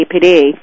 APD